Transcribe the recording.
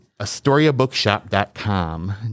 AstoriaBookshop.com